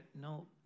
no